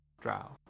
drow